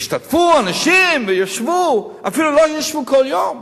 והשתתפו אנשים, וישבו, אפילו לא ישבו כל יום.